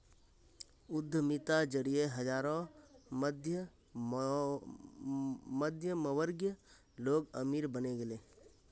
उद्यमिता जरिए हजारों मध्यमवर्गीय लोग अमीर बने गेले